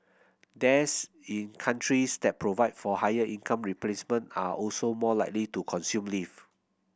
dads in countries that provide for higher income replacement are also more likely to consume leave